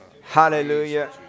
Hallelujah